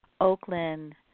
Oakland